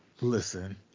Listen